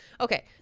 okay